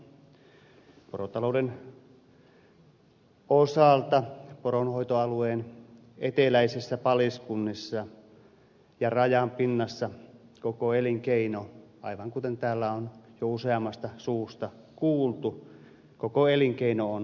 porotalouden osalta poronhoitoalueen eteläisissä paliskunnissa ja rajan pinnassa koko elinkeino aivan kuten täällä on jo useammasta suusta kuultu on uhan alla